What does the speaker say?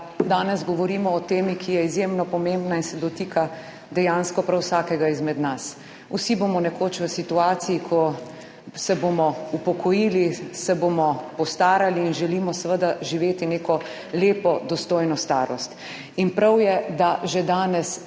danes govorimo o temi, ki je izjemno pomembna in se dotika dejansko prav vsakega izmed nas. Vsi bomo nekoč v situaciji, ko se bomo upokojili, se bomo postarali in želimo seveda živeti neko lepo, dostojno starost in prav je, da že danes